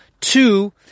Two